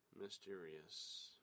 Mysterious